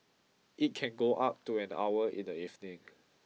it can go up to an hour in the evening